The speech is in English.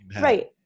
right